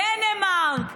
דנמרק,